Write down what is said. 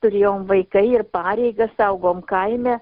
turėjom vaikai ir pareigas augom kaime